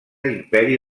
imperi